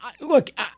look